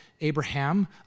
Abraham